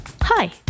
Hi